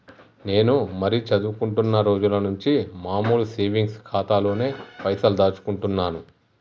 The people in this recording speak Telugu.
నేను మరీ చదువుకుంటున్నా రోజుల నుంచి మామూలు సేవింగ్స్ ఖాతాలోనే పైసలు దాచుకుంటున్నాను